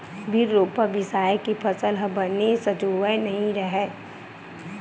बिन रोपा, बियासी के फसल ह बने सजोवय नइ रहय